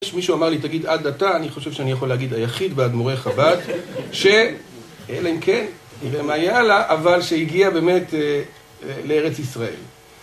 יש מישהו אמר לי, תגיד עד עתה, אני חושב שאני יכול להגיד היחיד מאדמו"רי חב"ד שאלא אם כן, נראה מה יהיה הלאה, אבל שהגיע באמת לארץ ישראל